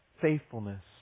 faithfulness